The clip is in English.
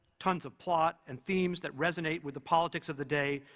tons of plot, and themes that resonate with the politics of the day,